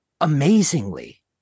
amazingly